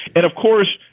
and of course,